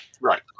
right